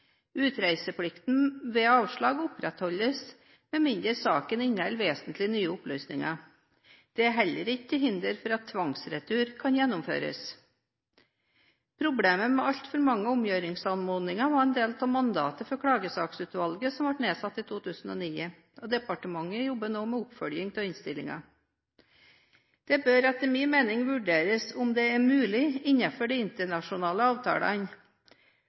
Utreiseplikten ved avslag opprettholdes med mindre saken inneholder vesentlige nye opplysninger. Det er heller ikke til hinder for at tvangsretur kan gjennomføres. Problemet med altfor mange omgjøringsanmodninger var en del av mandatet til Klagesaksutvalget, som ble nedsatt i 2009, og departementet jobber nå med oppfølging av innstillingen. Det bør etter min mening vurderes om det er mulig innenfor de internasjonale avtalene